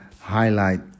highlight